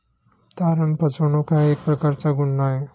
तारण फसवणूक हा एक प्रकारचा गुन्हा आहे